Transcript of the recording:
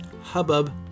hubbub